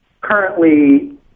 currently